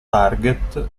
target